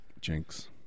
Jinx